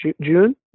June